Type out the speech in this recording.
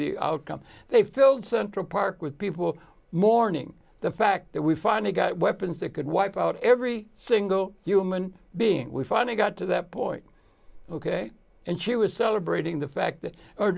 the outcome they filled central park with people mourning the fact that we finally got weapons that could wipe out every single human being we finally got to that point ok and she was celebrating the fact that